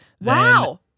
Wow